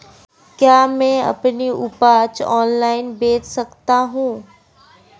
क्या मैं अपनी उपज ऑनलाइन बेच सकता हूँ?